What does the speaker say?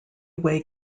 way